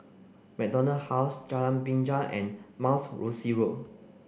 MacDonald House Jalan Binja and Mount Rosie Road